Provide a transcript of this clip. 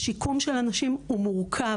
השיקום של הנשים מורכב.